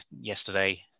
yesterday